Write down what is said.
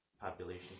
population